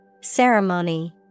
Ceremony